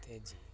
ते